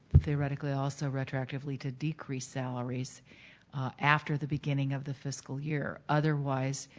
theoretically also retractively to decrease salaries after the beginning of the fiscal year, otherwise,